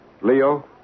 Leo